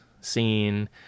scene